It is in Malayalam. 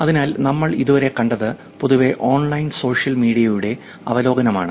അതിനാൽ നമ്മൾ ഇതുവരെ കണ്ടത് പൊതുവെ ഓൺലൈൻ സോഷ്യൽ മീഡിയയുടെ അവലോകനമാണ്